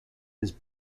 his